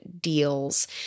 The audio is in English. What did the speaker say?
deals